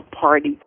party